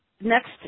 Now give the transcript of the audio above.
next